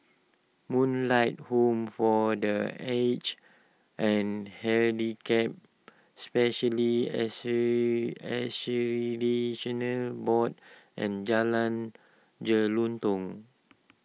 Moonlight Home for the Aged and Handicapped Specialists Board and Jalan Jelutong